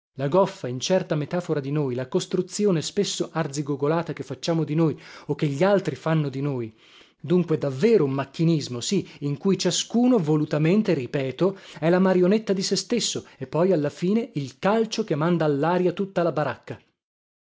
la goffa incerta metafora di noi la costruzione spesso arzigogolata che facciamo di noi o che gli altri fanno di noi dunque davvero un macchinismo sì in cui ciascuno volutamente ripeto è la marionetta di se stesso e poi alla fine il calcio che manda allaria tutta la